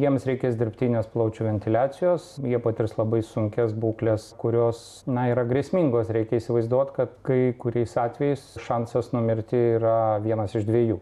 jiems reikės dirbtinės plaučių ventiliacijos jie patirs labai sunkias būkles kurios na yra grėsmingos reikia įsivaizduot kad kai kuriais atvejais šansas numirti yra vienas iš dviejų